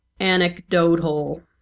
anecdotal